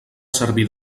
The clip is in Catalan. servir